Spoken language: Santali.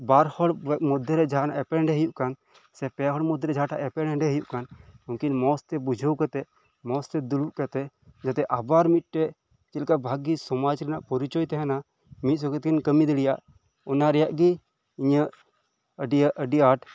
ᱵᱟᱨ ᱦᱚᱲ ᱢᱚᱫᱽᱫᱷᱮᱨᱮ ᱡᱟᱦᱟᱱᱟᱜ ᱮᱯᱮᱨ ᱦᱮᱰᱮᱡ ᱦᱳᱭᱳᱜ ᱠᱟᱱ ᱥᱮ ᱯᱮ ᱦᱚᱲ ᱢᱚᱫᱽᱫᱷᱮᱨᱮ ᱮᱯᱮᱨ ᱦᱮᱰᱮᱡ ᱦᱳᱭᱳᱜ ᱠᱟᱱ ᱩᱝᱠᱤᱱ ᱢᱚᱸᱡᱽ ᱛᱮ ᱵᱩᱡᱷᱟᱹᱣ ᱠᱟᱛᱮᱫ ᱢᱚᱸᱡᱽ ᱛᱮ ᱫᱩᱲᱩᱵ ᱠᱟᱛᱮᱫ ᱡᱟᱛᱮ ᱟᱵᱟᱨ ᱢᱤᱫ ᱴᱮᱱ ᱪᱮᱫ ᱞᱮᱠᱟ ᱵᱷᱟᱜᱮ ᱥᱚᱢᱟᱡᱽ ᱨᱮᱱᱟᱜ ᱯᱚᱨᱤᱪᱚᱭ ᱛᱟᱦᱮᱱᱟ ᱢᱤᱫ ᱥᱚᱸᱜᱮ ᱛᱮᱠᱷᱚᱤᱧ ᱠᱟᱢᱤ ᱫᱟᱲᱮᱭᱟᱜ ᱚᱱᱟ ᱨᱮᱭᱟᱜ ᱜᱮ ᱤᱧᱟᱹᱜ ᱟᱰᱤ ᱟᱰᱤ ᱟᱸᱴ